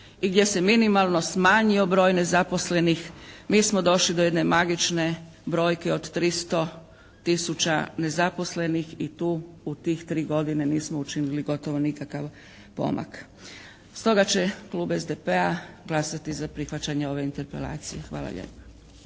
i gdje se minimalno smanjio broj nezaposlenih. Mi smo došli do jedne magične brojke od 300 tisuća nezaposlenih i tu i tih 3 godine nismo učinili gotovo nikakav pomak. Stoga će klub SDP-a glasati za prihvaćanje ove interpelacije. Hvala lijepa.